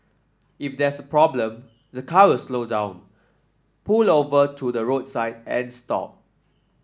if there's a problem the car will slow down pull over to the roadside and stop